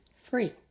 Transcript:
Free